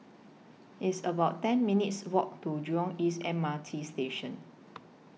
It's about ten minutes' Walk to Jurong East M R T Station